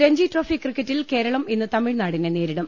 Ranji trophy ക്രിക്കറ്റിൽ കേരളം ഇന്ന് തമിഴ്നാടിനെ നേരി ടും